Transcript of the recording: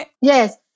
Yes